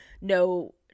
no